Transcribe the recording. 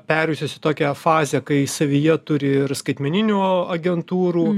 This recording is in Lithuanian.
perėjusius į tokią fazę kai savyje turi ir skaitmeninių agentūrų